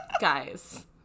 guys